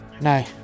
no